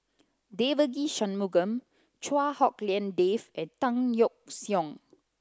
Devagi Sanmugam Chua Hak Lien Dave and Tan Yeok Seong